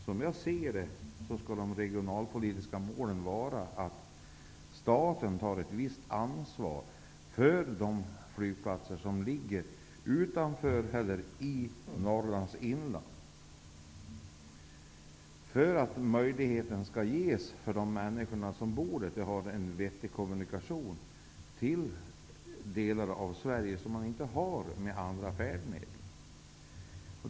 Som jag ser det skall de regionalpolitiska målen vara att staten tar ett visst ansvar för de flygplatser som ligger utanför eller i Norrlands inland, för att möjligheten skall ges de människor som bor där att ha en vettig kommunikation med delar av Sverige som man inte har genom andra färdmedel.